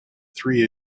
three